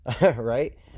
right